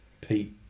Pete